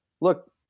look